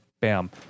bam